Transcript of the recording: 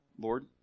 Lord